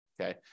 Okay